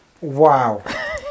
Wow